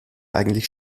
eigentlich